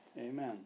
Amen